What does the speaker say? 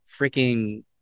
freaking